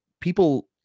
people